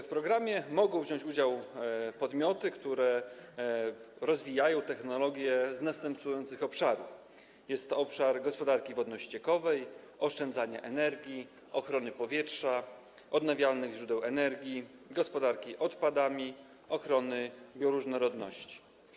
W programie mogą wziąć udział podmioty, które rozwijają technologie z następujących obszarów: gospodarki wodno-ściekowej, oszczędzania energii, ochrony powietrza, odnawialnych źródeł energii, gospodarki odpadami, ochrony bioróżnorodności.